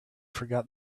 forgot